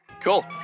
cool